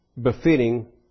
befitting